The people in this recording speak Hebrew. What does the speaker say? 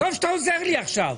טוב שאתה עוזר לי עכשיו.